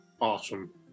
Awesome